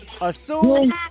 assume